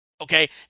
Okay